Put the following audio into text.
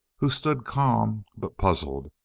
who stood calm but puzzled,